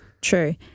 True